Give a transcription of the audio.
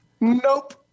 Nope